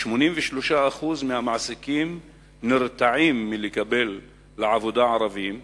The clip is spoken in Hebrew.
83% מהמעסיקים נרתעים מלקבל לעבודה ערבים,